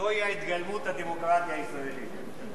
זו התנהגות הדמוקרטיה הישראלית.